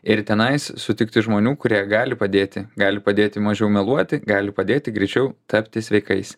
ir tenais sutikti žmonių kurie gali padėti gali padėti mažiau meluoti gali padėti greičiau tapti sveikais